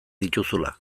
dituzula